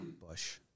Bush